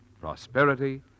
prosperity